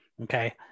okay